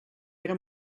era